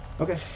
okay